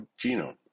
genome